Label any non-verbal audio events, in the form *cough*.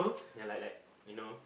*noise* ya like like you know